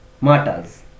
matters